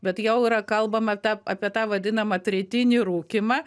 bet jau yra kalbama ta apie tą vadinamą tretinį rūkymą